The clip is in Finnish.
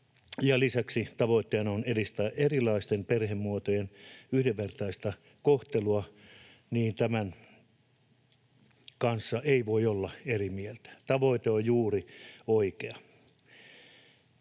lisäksi tavoitteena on edistää erilaisten perhemuotojen yhdenvertaista kohtelua, niin tämän kanssa ei voi olla eri mieltä. Tavoite on juuri oikea.